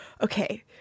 okay